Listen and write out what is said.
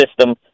system